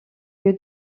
lieu